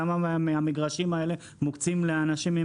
כמה מהמגרשים האלה מוקצים לאנשים?